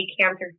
cancer